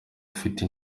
afite